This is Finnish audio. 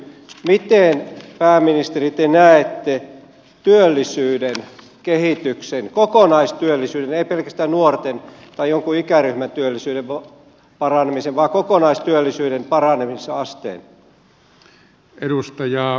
miten pääministeri te näette työllisyyden kehityksen kokonaistyöllisyyden ei pelkästään nuorten tai jonkun ikäryhmän työllisyyden paranemisen vaan kokonaistyöllisyyden paranemisasteen